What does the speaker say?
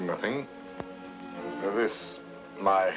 nothing this my